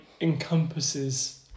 encompasses